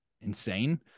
insane